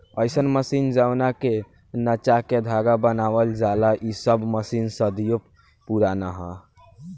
अईसन मशीन जवना के नचा के धागा बनावल जाला इ सब मशीन सदियों पुराना ह